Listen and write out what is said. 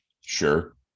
sure